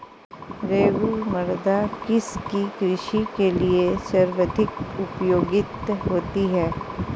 रेगुड़ मृदा किसकी कृषि के लिए सर्वाधिक उपयुक्त होती है?